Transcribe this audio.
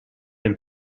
and